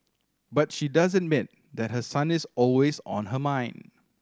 but she does admit that her son is always on her mind